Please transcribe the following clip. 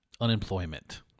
unemployment